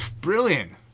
Brilliant